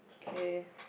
okay